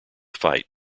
fight